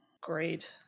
Great